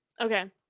Okay